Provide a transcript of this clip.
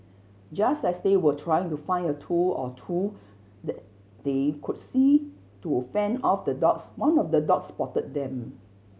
just as they were trying to find a tool or two that they could use to fend off the dogs one of the dogs spotted them